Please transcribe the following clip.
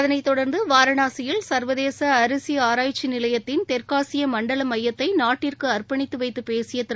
அதனைத் தொடர்ந்து வாரணாசியில் சர்வதேச அரிசி ஆராய்க்சி நிலையத்தின் தெற்காசிய மண்டல மையத்தை நாட்டிற்கு அர்ப்பணித்துவைத்துப் பேசிய திரு